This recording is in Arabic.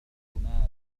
المعلومات